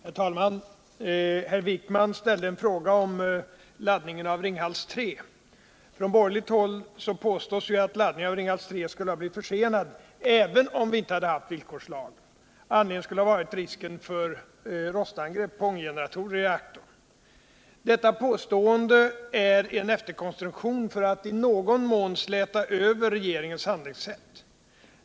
Herr talman! Herr Wijkman ställde en fråga om laddningen av Ringhals 3. Från borgerligt håll påstås att laddningen av Ringhals 3 skulle ha blivit försenad, även om vi inte hade haft villkorslagen. Anledningen skulle ha varit risken för rostangrepp på ånggencratorer i reaktorn. Detta påstående är en efterkonstruktion för att i någon mån släta över regeringens handlingssätt.